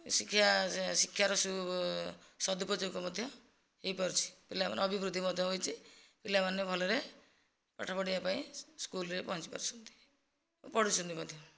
ଶିକ୍ଷା ଶିକ୍ଷାର ସଦୁପଯୋଗ ମଧ୍ୟ ହେଇପାରୁଛି ପିଲାମାନେ ଅଭିବୃଦ୍ଧି ମଧ୍ୟ ହେଇଛି ପିଲାମାନେ ଭଲରେ ପାଠ ପଢ଼ିବା ପାଇଁ ସ୍କୁଲ୍ରେ ପହଁଞ୍ଚି ପାରୁଛନ୍ତି ଓ ପଢୁଛନ୍ତି ମଧ୍ୟ